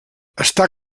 està